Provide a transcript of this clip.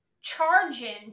charging